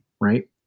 right